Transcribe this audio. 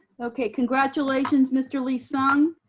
okay. congratulations mr. lee-sung.